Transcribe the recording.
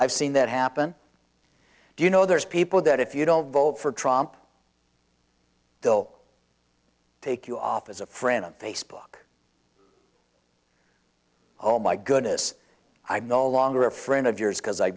i've seen that happen you know there's people that if you don't vote for trump they'll take you off as a friend on facebook oh my goodness i'm no longer a friend of yours because i